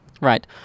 Right